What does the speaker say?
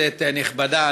כנסת נכבדה,